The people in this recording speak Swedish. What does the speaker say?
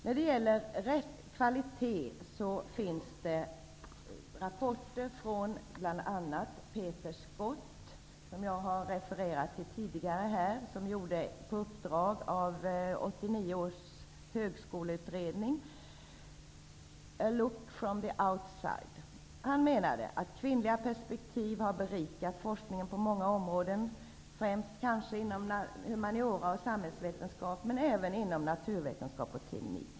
När det gäller kvalitet finns det bl.a. en rapport från bl.a. Peter Scott, som jag har refererat till tidigare här i kammaren och som gjordes häromåret på uppdrag av 1989 års högskoleutredning, Higher Han menade att kvinnliga perspektiv har berikat forskningen på många områden, kanske främst inom humaniora och samhällsvetenskap, men även inom naturvetenskap och teknik.